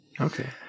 Okay